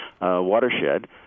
watershed